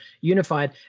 unified